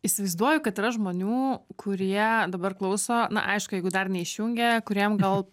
įsivaizduoju kad yra žmonių kurie dabar klauso na aišku jeigu dar neišjungė kuriem gal